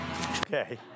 Okay